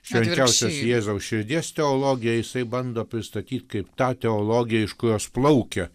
švenčiausios jėzaus širdies teologija jisai bando pristatyti kaip tą teologiją iš kurios plaukia